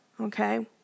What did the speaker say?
okay